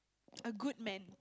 a good man